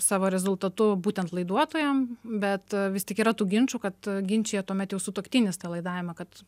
savo rezultatu būtent laiduotojam bet vis tik yra tų ginčų kad ginčija tuomet jau sutuoktinis tą laidavimą kad